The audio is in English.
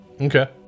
Okay